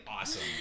awesome